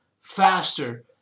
faster